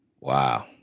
Wow